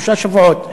שלושה שבועות.